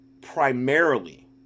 primarily